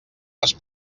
les